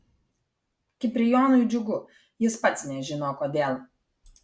kiprijonui džiugu jis pats nežino kodėl